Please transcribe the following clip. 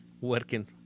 working